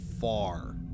far